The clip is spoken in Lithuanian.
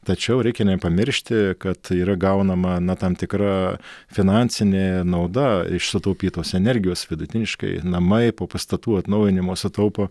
tačiau reikia nepamiršti kad yra gaunama na tam tikra finansinė nauda iš sutaupytos energijos vidutiniškai namai po pastatų atnaujinimo sutaupo